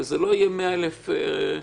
וזה לא יהיה מאה אלף פעמים.